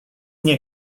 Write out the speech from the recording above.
nie